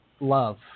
love